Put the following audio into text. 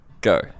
Go